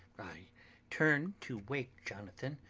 i turned to wake jonathan,